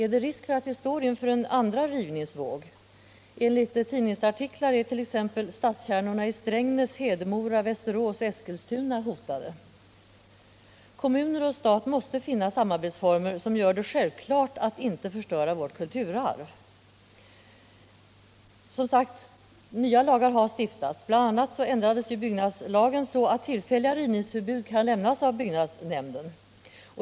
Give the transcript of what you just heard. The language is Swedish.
Är det risk för att vi nu står inför en andra rivningsvåg? Enligt tidningsartiklar är t.ex. stadskärnorna i Strängnäs, Hedemora, Västerås och Eskilstuna hotade. Kommuner och stat måste finna samarbetsformer som gör det självklart att inte förstöra vårt kulturarv. Som sagt, nya lagar har stiftats. Bl. a. ändrades byggnadslagen så, att tillfälliga rivningsförbud kan lämnas av byggnadsnämnd.